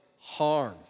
harm